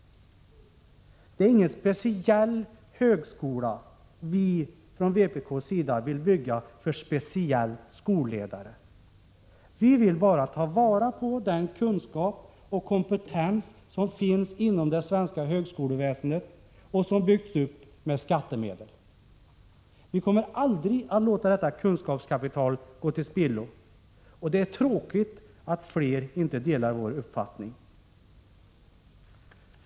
Det är ingen speciell högskola för speciellt skolledare som vpk vill bygga. Vi vill bara ta vara på den kunskap och den kompetens som finns inom det svenska högskoleväsendet och som har byggts upp med skattemedel. Vi kommer aldrig att medverka till att detta kunskapskapital går till spillo. Det är tråkigt att inte fler delar vår uppfattning.